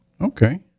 Okay